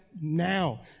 now